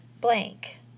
blank